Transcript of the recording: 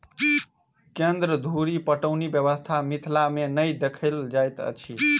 केन्द्र धुरि पटौनी व्यवस्था मिथिला मे नै देखल जाइत अछि